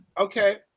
okay